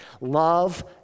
Love